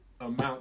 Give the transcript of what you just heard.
Amount